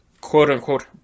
quote-unquote